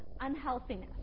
unhealthiness